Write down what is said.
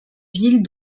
villes